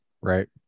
Right